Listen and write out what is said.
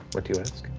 what do you ask?